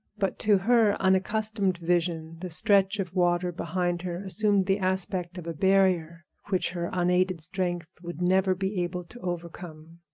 but to her unaccustomed vision the stretch of water behind her assumed the aspect of a barrier which her unaided strength would never be able to overcome.